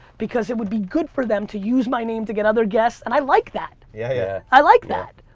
because it would be good for them to use my name to get other guests and i like that. yeah, yeah. i like that.